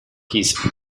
his